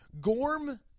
Gorm